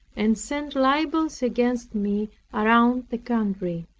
and sent libels against me around the country.